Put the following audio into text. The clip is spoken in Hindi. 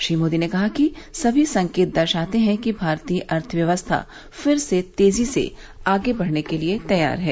श्री मोदी ने कहा कि सभी संकेत दर्शाते हैं कि भारतीय अर्थव्यवस्था फिर से तेजी से आगे बढ़ने के लिए तैयार है